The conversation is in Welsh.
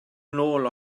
nôl